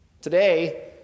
Today